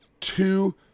two